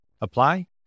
Apply